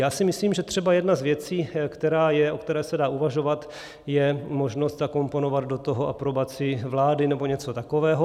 Já si myslím, že třeba jedna z věcí, která je, o které se dá uvažovat, je možnost zakomponovat do toho aprobaci vlády nebo něco takového.